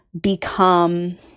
become